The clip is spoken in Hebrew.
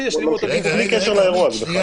זה בלי קשר לאירוע הזה,